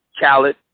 Khaled